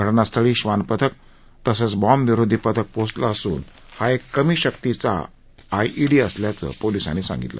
घटनास्थळी श्वान पथक तसंच बॉम्ब विरोधी पथक पोहोचलं असून हा एक कमी शक्तीचा ईडी असल्याचं पोलिसांनी सांगितलं